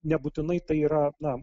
nebūtinai tai yra na